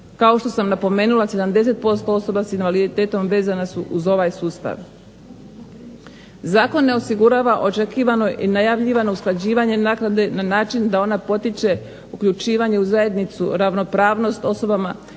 Kao što sam napomenula 70% osoba s invaliditetom vezana su uz ovaj sustav. Zakon ne osigurava očekivano i najavljivano usklađivanje naknade na način da ona potiče uključivanje u zajednicu, ravnopravnost osobama